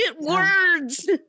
words